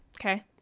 Okay